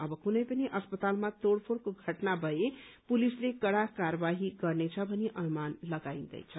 अब कुनै पनि अस्पतालमा तोड़फोड़को घटना भए पुलिसले कड़ा कार्यवाही गर्नेछ भनी अन्दाज लगान्दैछ